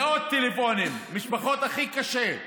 מאות טלפונים מהמשפחות הכי קשות.